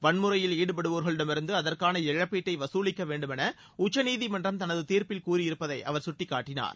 வன்முறையில் ஈடுபடுவோர்களிடமிருந்து அதற்கான இழப்பீட்டை வசூளிக்க வேண்டும் என உச்சநீதிமன்றம் தனது தீர்ப்பில் கூறியிருப்பதை அவர் சுட்டிக்காட்டினார்